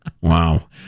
Wow